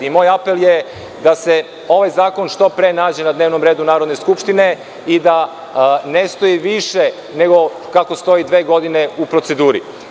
Moj apel je da se ovaj zakon što pre nađe na dnevnom redu Narodne skupštine i ne stoji više nego kako stoji dve godine u proceduri.